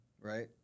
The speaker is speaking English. right